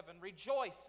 Rejoice